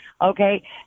Okay